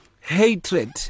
Hatred